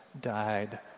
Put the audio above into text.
died